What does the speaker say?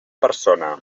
persona